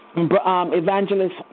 Evangelist